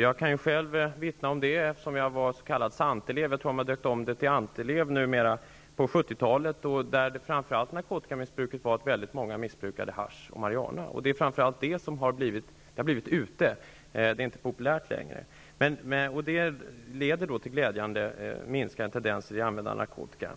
Jag kan själv vittna om det, eftersom jag var s.k. SANT elev -- jag tror att man numera har döpt om det till ANT-elev -- på 70-talet, då väldigt många missbrukade hasch och marijuana. Det är framför allt det som har blivit ute -- det är inte populärt längre. Det leder glädjande nog till minskande tendenser i användningen av narkotika.